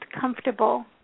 comfortable